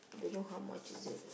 don't know how much is it